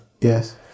Yes